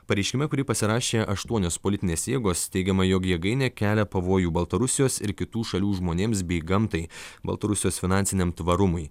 pareiškime kurį pasirašė aštuonios politinės jėgos teigiama jog jėgainė kelia pavojų baltarusijos ir kitų šalių žmonėms bei gamtai baltarusijos finansiniam tvarumui